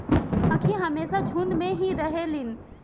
मधुमक्खी हमेशा झुण्ड में ही रहेलीन